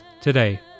today